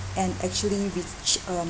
and actually reach um